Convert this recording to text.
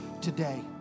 today